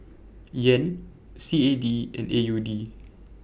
Yen C A D and A U D